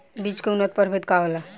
बीज के उन्नत प्रभेद का होला?